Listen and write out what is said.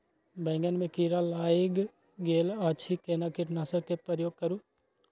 बैंगन में कीरा लाईग गेल अछि केना कीटनासक के प्रयोग करू?